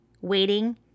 waiting